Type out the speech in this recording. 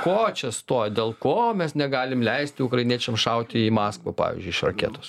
ko čia stovi dėl ko mes negalim leisti ukrainiečiams šauti į maskvą pavyzdžiui iš raketos